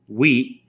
wheat